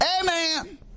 Amen